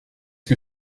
que